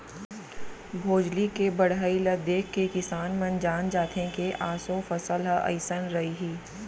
भोजली के बड़हई ल देखके किसान मन जान जाथे के ऑसो फसल ह अइसन रइहि